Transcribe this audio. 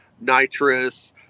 nitrous